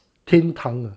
天堂啊